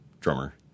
drummer